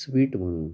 sweet म्हणू